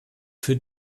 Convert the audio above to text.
für